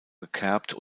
gekerbt